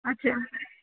अच्छा